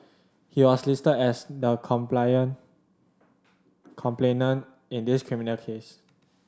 he was listed as the complainant in this criminal case